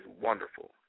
wonderful